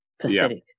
pathetic